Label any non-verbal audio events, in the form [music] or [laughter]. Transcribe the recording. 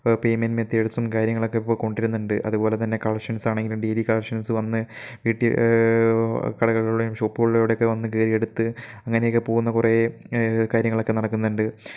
payment മെത്തേഡ്സും കാര്യങ്ങളൊക്കെ ഇപ്പോൾ കൊണ്ടുവരുന്നുണ്ട് അതുപോലെ തന്നെ കളക്ഷൻസാണെങ്കിലും ഡെയിലി കളക്ഷൻസ് വന്ന് [unintelligible] കടകളിലൂടെയും ഷോപ്പുകളിലൂടെയൊക്കെ വന്ന് കേറി എടുത്ത് അങ്ങനെയൊക്കെ പോകുന്ന കുറേ കാര്യങ്ങളൊക്കെ നടക്കുന്നുണ്ട്